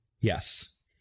Yes